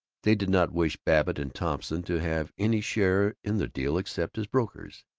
they did not wish babbitt and thompson to have any share in the deal except as brokers.